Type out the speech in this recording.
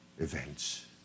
events